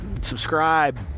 Subscribe